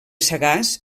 sagàs